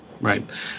Right